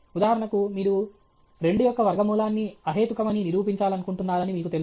ఉదాహరణకు మీరు 2 యొక్క వర్గమూలాన్ని అహేతుకమని నిరూపించాలనుకుంటున్నారని మీకు తెలుసు